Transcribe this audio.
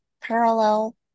parallel